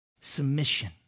Submission